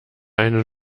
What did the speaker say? einen